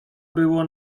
było